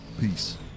Peace